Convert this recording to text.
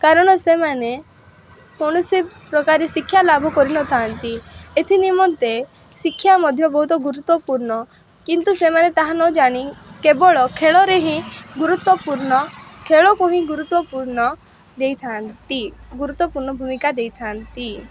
କାରଣ ସେମାନେ କୌଣସି ପ୍ରକାର ଶିକ୍ଷାଲାଭ କରିନଥାନ୍ତି ଏଥିନିମନ୍ତେ ଶିକ୍ଷା ମଧ୍ୟ ବହୁତ ଗୁରୁତ୍ୱପୂର୍ଣ୍ଣ କିନ୍ତୁ ସେମାନେ ତାହା ନ ଜାଣି କେବଳ ଖେଳରେ ହିଁ ଗୁରୁତ୍ୱପୂର୍ଣ୍ଣ ଖେଳକୁ ହିଁ ଗୁରୁତ୍ୱପୂର୍ଣ୍ଣ ଦେଇଥାନ୍ତି ଗୁରୁତ୍ୱପୂର୍ଣ୍ଣ ଭୂମିକା ଦେଇଥାନ୍ତି